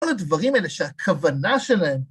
כל הדברים האלה שהכוונה שלהם...